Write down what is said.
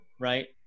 right